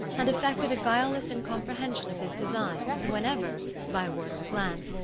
and affected a guileless incomprehension of his designs whenever, by word or glance,